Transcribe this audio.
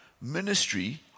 ministry